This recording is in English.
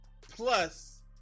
plus